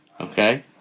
Okay